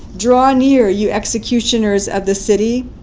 draw near, you executioners of the city,